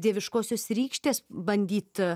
dieviškosios rykštės bandyt